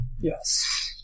Yes